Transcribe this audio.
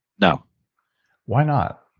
no why not?